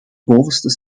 bovenste